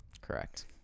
Correct